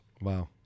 Wow